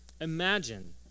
Imagine